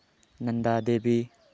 Nanda Devi